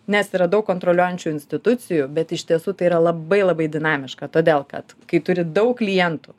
nes yra daug kontroliuojančių institucijų bet iš tiesų tai yra labai labai dinamiška todėl kad kai turi daug klientų